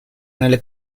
nelle